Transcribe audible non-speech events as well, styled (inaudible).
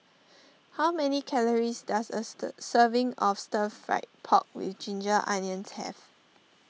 (noise) how many calories does a stir serving of Stir Fried Pork with Ginger Onions have